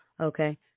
Okay